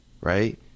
Right